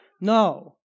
no